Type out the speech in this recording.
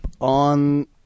on